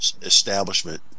establishment